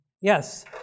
Yes